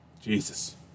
Jesus